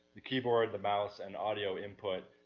the keyboard, the mouse, and audio input,